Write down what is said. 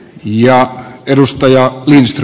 ja edustaja ojensi